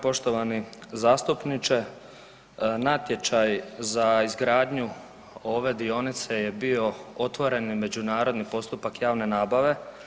Poštovani zastupniče natječaj za izgradnju ove dionice je bio otvoreni međunarodni postupak javne nabave.